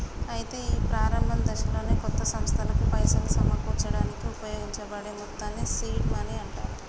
అయితే ఈ ప్రారంభ దశలోనే కొత్త సంస్థలకు పైసలు సమకూర్చడానికి ఉపయోగించబడే మొత్తాన్ని సీడ్ మనీ అంటారు